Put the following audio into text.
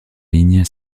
ligne